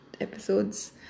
episodes